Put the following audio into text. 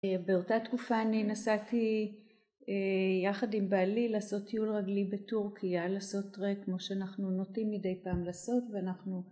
באותה תקופה אני נסעתי יחד עם בעלי לעשות טיול רגלי בטורקיה לעשות טרק כמו שאנחנו נוטים מדי פעם לעשות ואנחנו